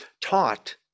taught